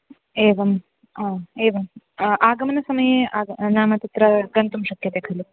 एवं हा एवम् आगमनसमये आग नाम तत्र गन्तुं शक्यते खलु